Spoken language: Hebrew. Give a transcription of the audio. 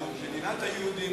זו מדינת היהודים,